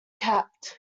capped